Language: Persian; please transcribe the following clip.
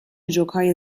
جوکهای